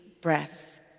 breaths